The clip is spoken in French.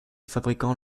fabricant